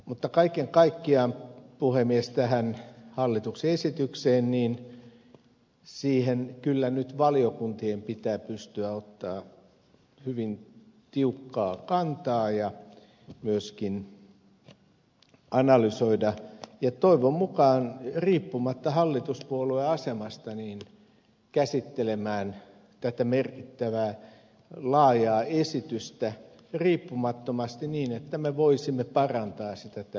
mutta kaiken kaikkiaan puhemies tähän hallituksen esitykseen kyllä nyt valiokuntien pitää pystyä ottamaan hyvin tiukkaa kantaa ja myöskin analysoimaan sitä ja toivon mukaan riippumatta hallituspuolueasemasta käsittelemään tätä merkittävää laajaa esitystä riippumattomasti niin että me voisimme parantaa sitä täällä eduskunnassa